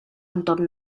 entorn